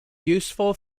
useful